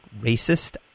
racist